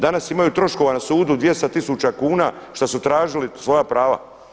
Danas imaju troškova na sudu 200 tisuća kuna šta su tražili svoja prava.